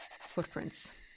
Footprints